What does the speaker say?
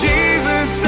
Jesus